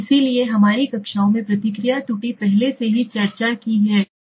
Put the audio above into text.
इसलिए हमारी कक्षाओं में प्रतिक्रिया त्रुटि पहले से ही चर्चा की सही